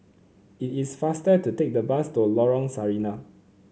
it is faster to take the bus to Lorong Sarina